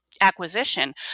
acquisition